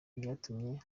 byatumye